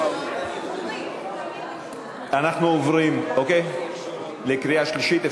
אנחנו עוברים לקריאה שלישית.